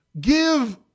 Give